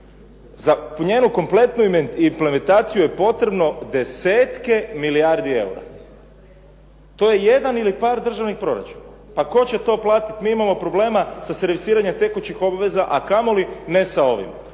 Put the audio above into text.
za njenu kompletnu implementaciju je potrebno desetke milijardi eura. To je jedan ili par državnih proračuna. Pa tko će to platiti? Mi imamo problema sa servisiranjem tekućih obveza a kamoli ne sa ovim.